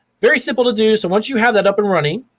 very simple to do, so once you have that up and running,